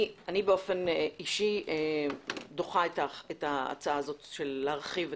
אני אישית דוחה את ההצעה הזו להרחיב.